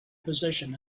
position